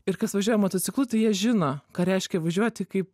ir kas važiuoja motociklu tai jie žino ką reiškia važiuoti kai